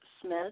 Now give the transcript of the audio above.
Smith